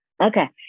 Okay